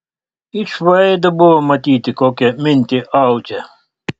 iš veido buvo matyti kokią mintį audžia